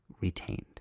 retained